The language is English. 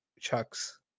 Chucks